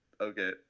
Okay